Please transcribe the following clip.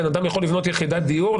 בן אדם יכול לבנות יחידת דיור,